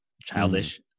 childish